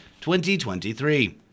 2023